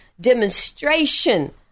demonstration